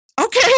okay